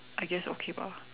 I guess okay bah